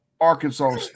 Arkansas